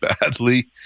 badly